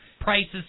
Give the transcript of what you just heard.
prices